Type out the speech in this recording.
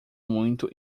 muito